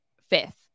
fifth